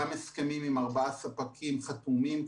גם הסכמים עם ארבעה ספקים חתומים.